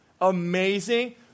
amazing